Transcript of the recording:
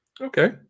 Okay